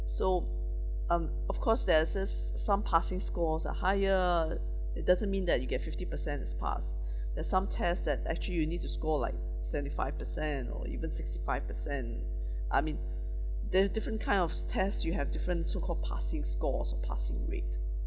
so um of course there's this some passing scores are higher it doesn't mean that you get fifty percent is passed there's some test that actually you need to score like seventy five percent or even sixty five percent I mean there are different kinds of test you have different so-called passing scores or passing rate